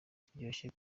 kiryoshye